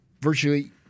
virtually